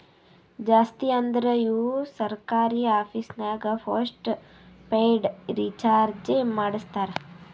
ಜಾಸ್ತಿ ಅಂದುರ್ ಇವು ಸರ್ಕಾರಿ ಆಫೀಸ್ನಾಗ್ ಪೋಸ್ಟ್ ಪೇಯ್ಡ್ ರೀಚಾರ್ಜೆ ಮಾಡಸ್ತಾರ